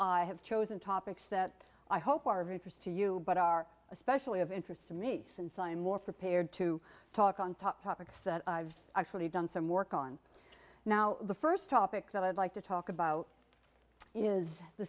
i have chosen topics that i hope are of interest to you but are especially of interest to me since i'm more prepared to talk on top topics that i've actually done some work on now the first topic that i'd like to talk about is the